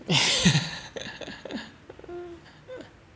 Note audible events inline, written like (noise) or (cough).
(laughs)